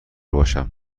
باشم